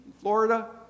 Florida